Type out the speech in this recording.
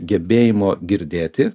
gebėjimo girdėti